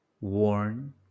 worn